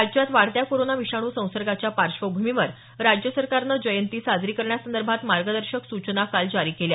राज्यात वाढत्या कोरोना विषाणू संसर्गाच्या पार्श्वभूमीवर राज्य सरकारनं जयंती साजरी करण्यासंदर्भात मार्गदर्शक सूचना काल जारी केल्या